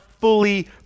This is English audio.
fully